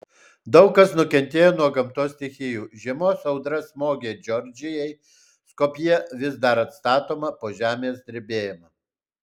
daug kas nukentėjo nuo gamtos stichijų žiemos audra smogė džordžijai skopjė vis dar atstatoma po žemės drebėjimo